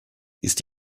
ist